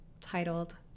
titled